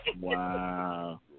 Wow